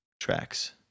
tracks